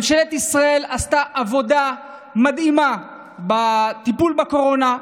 ממשלת ישראל עשתה עבודה מדהימה בטיפול בקורונה.